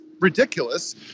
ridiculous